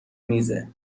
میزه